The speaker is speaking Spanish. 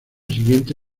siguiente